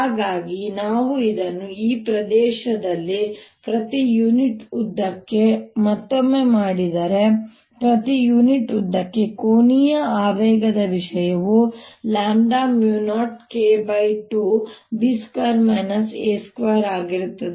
ಹಾಗಾಗಿ ನಾನು ಇದನ್ನು ಈ ಪ್ರದೇಶದಲ್ಲಿ ಪ್ರತಿ ಯೂನಿಟ್ ಉದ್ದಕ್ಕೆ ಮತ್ತೊಮ್ಮೆ ಮಾಡಿದರೆ ಪ್ರತಿ ಯೂನಿಟ್ ಉದ್ದಕ್ಕೆ ಕೋನೀಯ ಆವೇಗದ ವಿಷಯವು 0K2 ಆಗಿರುತ್ತದೆ